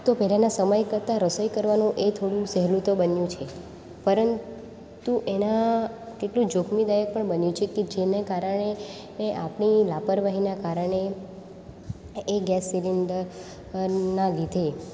તો પહેલાંના સમય કરતાં રસોઈ કરવાનું એ થોડું સહેલું તો બન્યું છે પરંતુ એના કેટલું જોખમીદાયક બન્યું છે કે જેને કારણે આપણી લાપરવાહીના કારણે એ ગેસ સિલેન્ડર ના લીધે